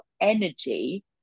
energy